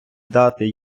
дати